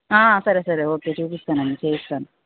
సరే సరే ఓకే చూపిస్తాను అండి చేయిస్తాను